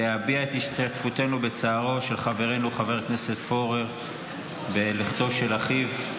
להביע את השתתפותנו בצערו של חברנו חבר הכנסת פורר על לכתו של אחיו.